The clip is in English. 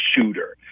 shooter